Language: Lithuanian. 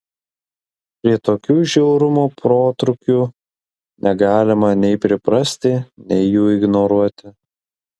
prie tokių žiaurumo protrūkių negalima nei priprasti nei jų ignoruoti